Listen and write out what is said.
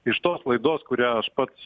iš tos laidos kurią aš pats